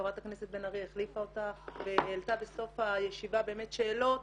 חברת הכנסת בן ארי החליפה אותך והעלתה בסוף הישיבה שאלות